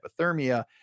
hypothermia